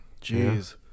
Jeez